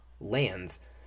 lands